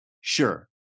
Sure